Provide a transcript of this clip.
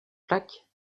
plaque